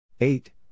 Eight